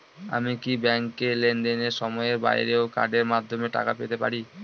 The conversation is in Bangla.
আমি কি ব্যাংকের লেনদেনের সময়ের বাইরেও কার্ডের মাধ্যমে টাকা পেতে পারি?